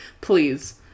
Please